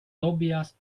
tobias